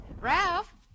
Ralph